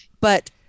But-